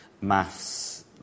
maths